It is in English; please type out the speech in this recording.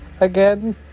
again